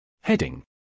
Heading